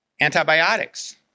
antibiotics